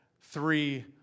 three